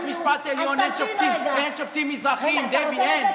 אין בבית המשפט העליון שופטים מזרחים, דבי, אין.